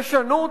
תשנו,